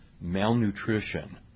malnutrition